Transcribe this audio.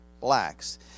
blacks